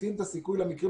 מקטין את הסיכוי למקרים